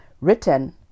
written